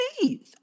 Please